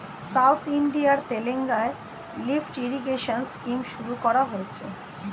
south ইন্ডিয়ার তেলেঙ্গানায় lift irrigation scheme শুরু করা হয়েছে